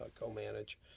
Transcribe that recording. co-manage